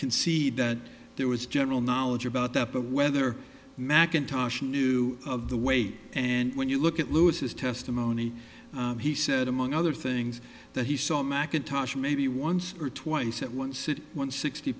concede that there was general knowledge about that but whether mcintosh knew of the weight and when you look at lewis's testimony he said among other things that he saw macintosh maybe once or twice at once it won sixty